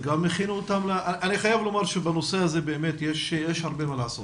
אני חייב שבנושא הזה יש הרבה מה לעשות.